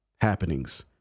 happenings